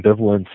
ambivalence